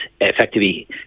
effectively